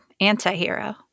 anti-hero